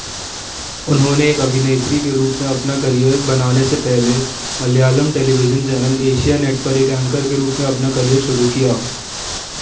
उन्होंने एक अभिनेत्री के रूप में अपना करियर बनाने से पहले Malayalam television channel Asianet पर एक एंकर के रूप में अपना करियर शुरू किया